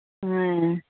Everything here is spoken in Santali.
ᱦᱮᱸ